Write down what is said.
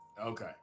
okay